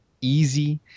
easy